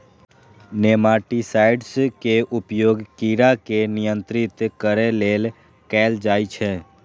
nematicides के उपयोग कीड़ा के नियंत्रित करै लेल कैल जाइ छै